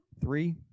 three